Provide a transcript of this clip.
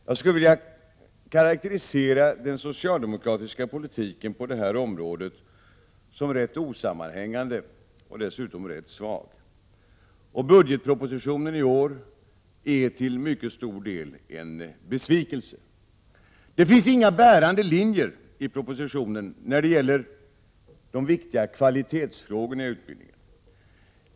Jag skulle vilja karakterisera den socialdemokratiska politiken på detta område som rätt osammanhängande och dessutom rätt svag. Budgetpropositionen är i år till mycket stor del en besvikelse. Det finns inga bärande linjer i propositionen när det gäller de viktiga kvalitetsfrågorna i utbildningen.